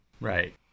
right